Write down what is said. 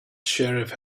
sheriff